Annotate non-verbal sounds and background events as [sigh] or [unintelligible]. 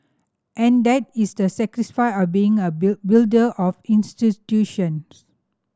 and that is the [unintelligible] of being a [unintelligible] builder of [unintelligible]